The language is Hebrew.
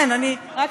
כן, רק